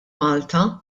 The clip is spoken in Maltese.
malta